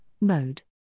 mode